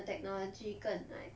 the technology 更 like